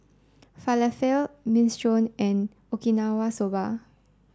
Falafel Minestrone and Okinawa Soba